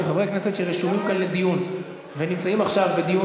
שחברי כנסת שרשומים כאן לדיון ונמצאים עכשיו בדיון